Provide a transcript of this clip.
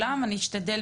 סיסו,